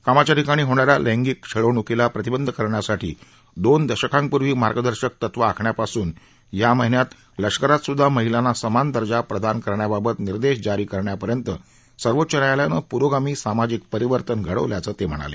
कामाच्या ठिकाणी होणारा लैंगिक छळ रोखण्यासाठी दोन दशकांपूर्वी मार्गदर्शक तत्वं आखण्यापासून या महिन्यात लष्करातसुद्धा महिलांना समान दर्जा प्रदान करण्याबाबत निर्देश जारी करण्यापर्यंत सर्वोच्च न्यायालयानं पुरोगामी सामाजिक परिवर्तन घडवल्याचं ते म्हणाले